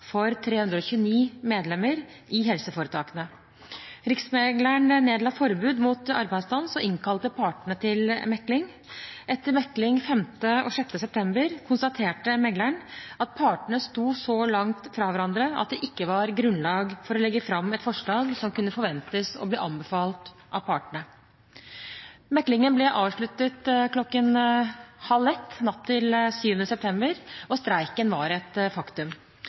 for 329 medlemmer i helseforetakene. Riksmekleren nedla forbud mot arbeidsstans og innkalte partene til mekling. Etter mekling 5. og 6. september konstaterte mekleren at partene sto så langt fra hverandre at det ikke var grunnlag for å legge fram et forslag som kunne forventes å bli anbefalt av partene. Meklingen ble avsluttet kl. 00.30 natt til 7. september, og streiken var et faktum.